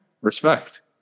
Respect